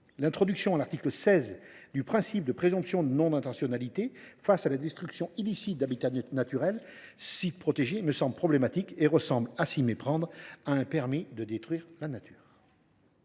L’introduction, à l’article 13, du principe de « présomption de non intentionnalité » face à la destruction illicite d’habitats naturels ou de sites protégés me semble problématique et ressemble, à s’y méprendre, à un « permis de détruire la nature